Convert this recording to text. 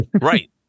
Right